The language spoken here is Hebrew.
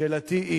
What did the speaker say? שאלותי: